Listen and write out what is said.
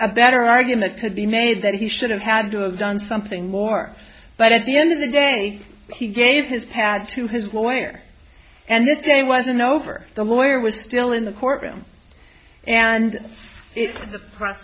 a better argument could be made that he should have had to have done something more but at the end of the day he gave his pad to his lawyer and this day wasn't over the lawyer was still in the courtroom and